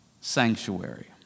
sanctuary